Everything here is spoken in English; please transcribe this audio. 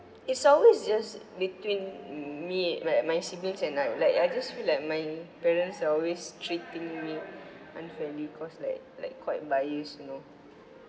it's always just between me my my siblings and like like I just feel like my parents are always treating me unfairly cause like like quite biased you know